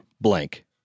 blank